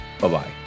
Bye-bye